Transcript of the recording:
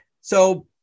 so-